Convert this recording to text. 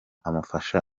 amufasha